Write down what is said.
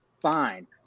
fine